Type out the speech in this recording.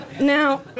Now